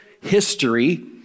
history